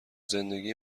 زندگی